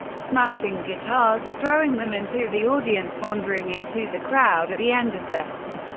smashing guitars or throwing them into the audience, wandering into the crowd at the end of sets,